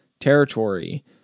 territory